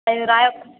అది రాయక